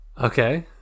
okay